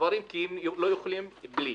דברים כי הם לא יכולים בלי.